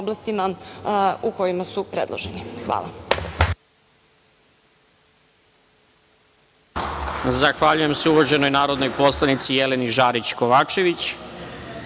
u kojima su predloženi. Hvala.